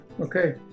Okay